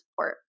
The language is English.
support